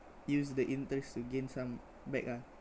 use the interest to gain some back ah